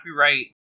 copyright